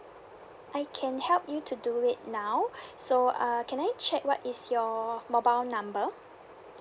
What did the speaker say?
I can help you to do it now so err can I check what is your mobile number